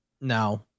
no